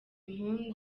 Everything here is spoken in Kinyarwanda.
impunzi